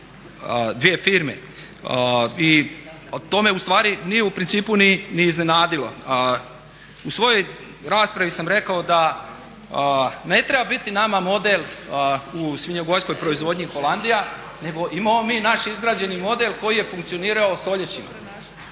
dvije firme i to me ustvari nije u principu ni iznenadilo. U svojoj raspravi sam rekao da ne treba biti nama model u svinjogojskoj proizvodnji Holandija nego imamo mi naš izgrađeni model koji je funkcionirao stoljećima.